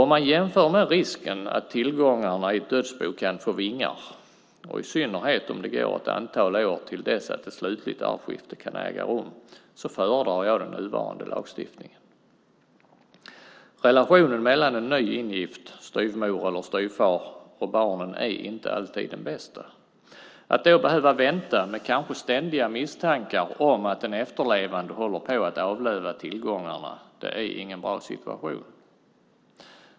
Om man jämför med risken för att tillgångarna i ett dödsbo kan få vingar, i synnerhet om det går ett antal år till dess ett slutligt arvskifte kan äga rum, föredrar jag den nuvarande lagstiftningen. Relationen mellan en ny ingift styvmor eller styvfar och barnen är inte alltid den bästa. Att då behöva vänta med kanske ständiga misstankar om att den efterlevande håller på att avlöva tillgångarna är ingen bra situation.